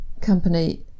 Company